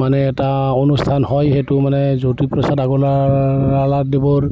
মানে এটা অনুষ্ঠান হয় সেইটো মানে জ্যোতিপ্ৰসাদ আগৰৱালাদেৱৰ